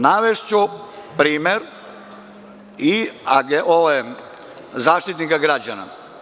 Navešću primer i Zaštitnika građana.